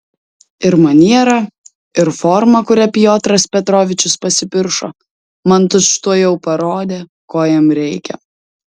ir maniera ir forma kuria piotras petrovičius pasipiršo man tučtuojau parodė ko jam reikia